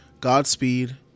Godspeed